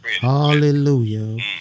Hallelujah